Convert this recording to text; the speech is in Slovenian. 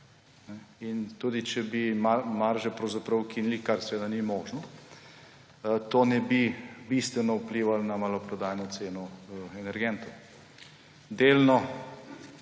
In tudi če bi marže pravzaprav ukinili, kar seveda ni možno, to ne bi bistveno vplivalo na maloprodajno ceno energentov. Delno